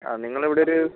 ആ നിങ്ങൾ ഇവിടെ ഒരു